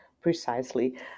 Precisely